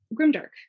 grimdark